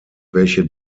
welche